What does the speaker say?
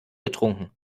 getrunken